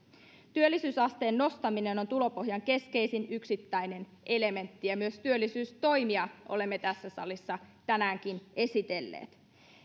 työllisyysasteen nostaminen on tulopohjan keskeisin yksittäinen elementti ja myös työllisyystoimia olemme tässä salissa tänäänkin esitelleet